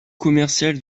commercial